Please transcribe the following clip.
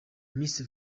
miss